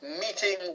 meeting